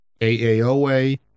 AAOA